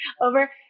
over